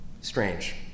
Strange